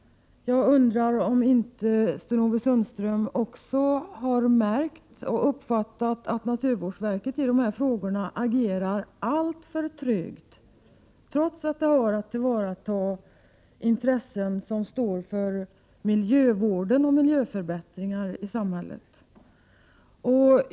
Jag undrar om Sten-Ove Sundström inte har märkt att naturvårdsverket i de här frågorna agerar alltför trögt, trots att det har att tillvarata miljövårdens intressen och stå för miljöförbättringar i samhället.